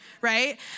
right